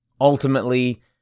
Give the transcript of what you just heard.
Ultimately